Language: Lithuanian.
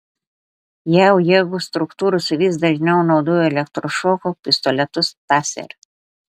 jav jėgos struktūros vis dažniau naudoja elektrošoko pistoletus taser